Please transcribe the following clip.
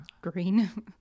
green